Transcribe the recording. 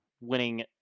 winning